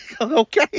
okay